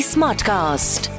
Smartcast